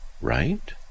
right